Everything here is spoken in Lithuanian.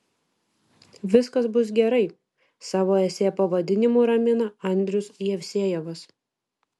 viskas bus gerai savo esė pavadinimu ramina andrius jevsejevas